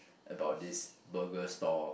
about this burger store